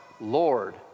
Lord